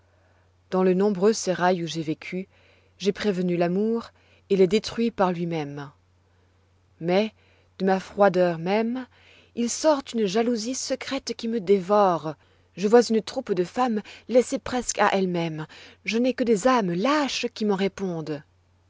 dans le nombreux sérail où j'ai vécu j'ai prévenu l'amour et l'ai détruit par lui-même mais de ma froideur même il sort une jalousie secrète qui me dévore je vois une troupe de femmes laissées presque à elles-mêmes je n'ai que des âmes lâches qui m'en répondent